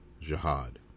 jihad